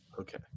Okay